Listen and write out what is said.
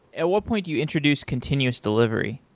and what point do you introduce continuous delivery?